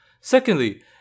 Secondly